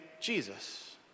Jesus